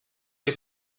the